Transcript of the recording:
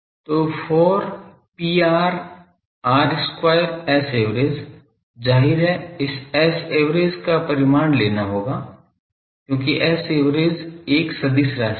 तो 4 pr r square Saverage जाहिर है इस Saverage का परिमाण लेना होगा क्योंकि Saverage एक सदिश राशि है